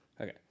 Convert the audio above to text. Okay